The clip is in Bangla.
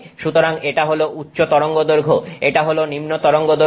সুতরাং এটা হল উচ্চ তরঙ্গদৈর্ঘ্য এটা হল নিম্ন তরঙ্গদৈর্ঘ্য